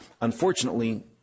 Unfortunately